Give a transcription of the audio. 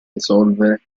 risolvere